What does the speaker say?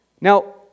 Now